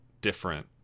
different